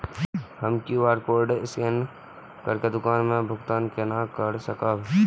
हम QR code scan करके दुकान में भुगतान केना कर सकब?